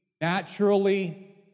naturally